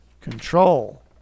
control